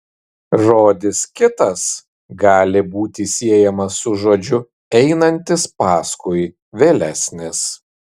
žodis kitas gali būti siejamas su žodžiu einantis paskui vėlesnis